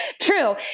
True